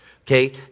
Okay